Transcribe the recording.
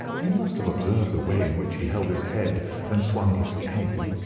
you must have observed the way in which he held his head and swung his cane.